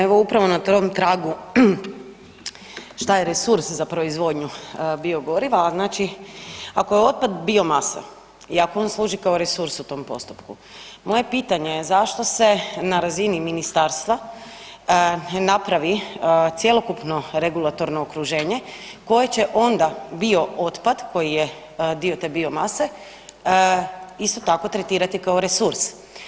Evo upravo na tom tragu šta je resurs za proizvodnju biogoriva, a znači ako je otpad biomasa i ako on služi kao resurs u tom postupku, moje pitanje je zašto se na razini ministarstva ne napravi cjelokupno regulatorno okruženje koje će onda bio otpad koji je dio te biomase, isto tako tretirati kao resurs?